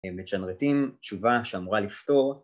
מג'נרטים תשובה שאמורה לפתור